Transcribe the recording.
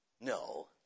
No